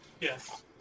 Yes